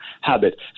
habit